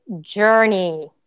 journey